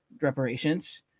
reparations